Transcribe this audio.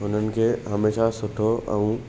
हुननि खे हमेशा सुठो ऐं